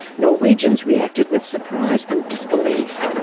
norwegians reacted with surprise and disbelief.